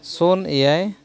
ᱥᱩᱱ ᱮᱭᱟᱭ